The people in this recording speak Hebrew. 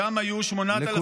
שם היו 8,000 איש.